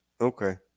Okay